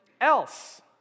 else